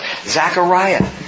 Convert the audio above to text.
Zechariah